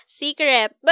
secret